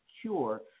cure